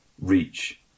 reach